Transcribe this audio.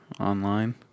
Online